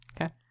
Okay